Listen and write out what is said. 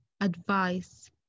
advice